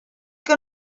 que